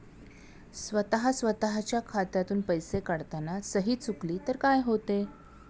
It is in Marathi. स्वतः स्वतःच्या खात्यातून पैसे काढताना सही चुकली तर काय होते?